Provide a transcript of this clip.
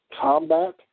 combat